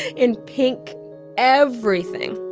in pink everything.